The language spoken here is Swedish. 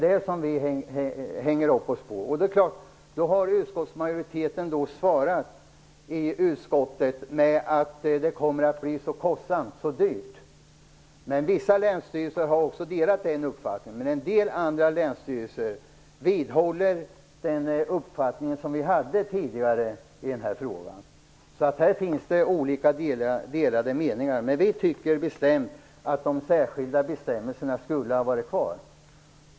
Det hänger vi upp oss på. Utskottsmajoriteten har svarat med att det kommer att bli så dyrt. Vissa länsstyrelser har delat den uppfattningen, medan andra länsstyrelser vidhåller den uppfattning som vi hade tidigare i denna fråga. Här finns det delade meningar. Vi tycker bestämt att de särskilda bestämmelserna skulle ha varit kvar.